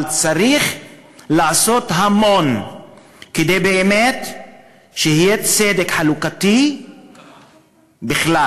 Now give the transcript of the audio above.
אבל צריך לעשות המון כדי שבאמת יהיה צדק חלוקתי בכלל,